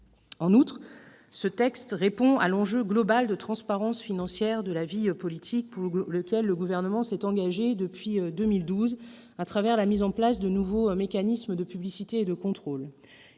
En outre, ce texte répond à l'enjeu global de transparence financière de la vie politique sur lequel le Gouvernement s'est engagé, depuis 2012, à travers la mise en place de nouveaux mécanismes de publicité et de contrôle.